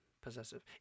Possessive